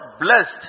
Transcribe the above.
blessed